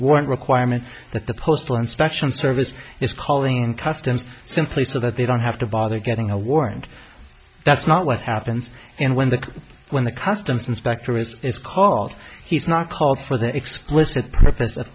warrant requirement that the postal inspection service is calling in customs simply so that they don't have to bother getting a warrant that's not what happens and when the when the customs inspector as it's called he's not called for the explicit purpose of